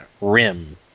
RIM